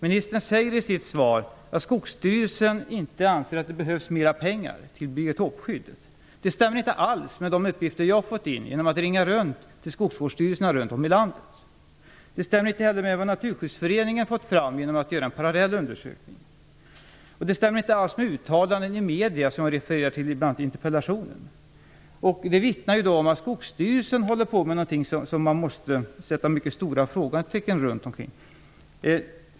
Ministern säger i sitt svar att Skogsstyrelsen inte anser att det behövs mer pengar till biotopskyddet. Det stämmer inte alls med de uppgifter jag har fått in genom att ringa runt till skogsvårdsstyrelserna runt om i landet. Det stämmer inte alls med vad Naturskyddsföreningen har fått fram genom att göra en parallell undersökning. Det stämmer inte heller med uttalanden i medier som jag refererar till bl.a. i interpellationen. Detta vittnar om att Skogsstyrelsen håller på med någonting som man måste sätta mycket stora frågetecken kring.